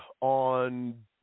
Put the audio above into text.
on